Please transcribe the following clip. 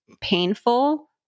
painful